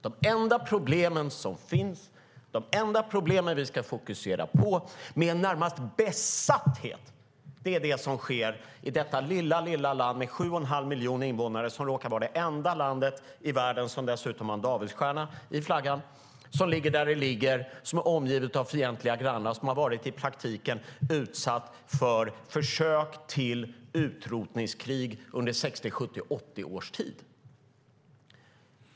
De enda problem som finns och som vi ska fokusera på, närmast med besatthet, är det som sker i detta lilla land med sju och en halv miljon invånare, som råkar vara det enda landet i världen som dessutom har en davidsstjärna i flaggan, som ligger där det ligger, som är omgivet av fientliga grannar och som i praktiken har varit utsatt för försök till utrotningskrig under 60, 70, 80 års tid.